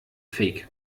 fake